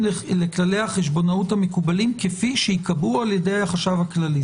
לכללי החשבונאות המקובלים כפי שייקבעו על-ידי החשב הכללי.